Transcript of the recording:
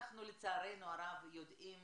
אנחנו לצערנו הרב, יודעים